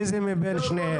איזה מבין שניהם?